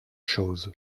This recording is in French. chose